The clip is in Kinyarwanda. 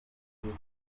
ugiye